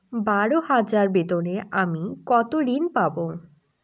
বারো হাজার বেতনে আমি কত ঋন পাব?